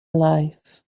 life